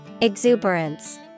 Exuberance